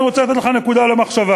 אני רוצה לתת לך נקודה למחשבה.